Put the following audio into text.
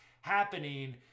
happening